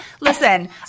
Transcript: listen